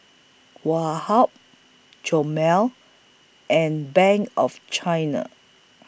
Woh Hup Chomel and Bank of China